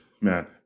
man